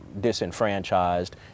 disenfranchised